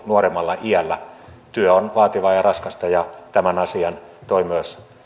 nuoremmalla iällä työ on vaativaa ja raskasta ja tämän asian toi myös